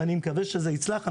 ואני מקווה שזה יצלח.